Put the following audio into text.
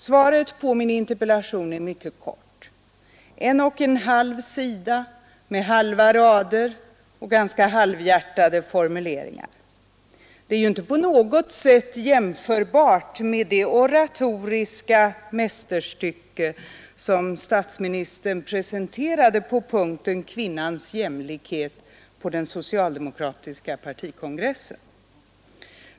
Svaret på min interpellation är mycket kort: en och en halv sida med halva rader och ganska halvhjärtade formuleringar. Det är ju inte på något sätt jämförbart med det oratoriska mästerstycke som statsministern presenterade under punkten Kvinnans jämlikhet på den socialdemokratiska partikongressen.